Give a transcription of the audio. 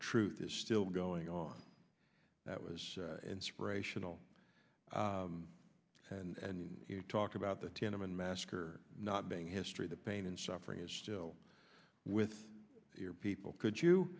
truth is still going on that was inspirational and you talk about the tenement massacre not being history the pain and suffering is still with your people could you